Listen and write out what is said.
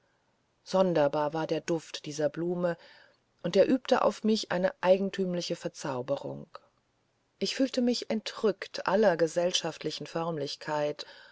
sonderbar war der duft dieser blume und er übte auf mich eine eigentümliche verzauberung ich fühlte mich entrückt aller gesellschaftlichen